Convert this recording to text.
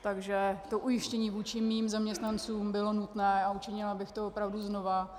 Takže to ujištění vůči mým zaměstnancům bylo nutné a učinila bych to opravdu znova.